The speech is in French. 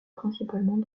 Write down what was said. principalement